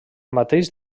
mateix